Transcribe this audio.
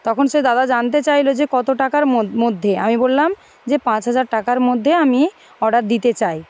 তখন সে দাদা জানতে চাইলো যে কত টাকার মধ্যে আমি বললাম যে পাঁচ হাজার টাকার মধ্যে আমি অর্ডার দিতে চাই